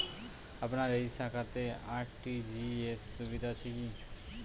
আপনার এই শাখাতে আর.টি.জি.এস সুবিধা আছে কি?